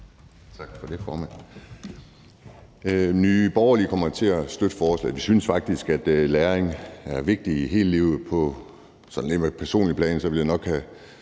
Tak for det, formand.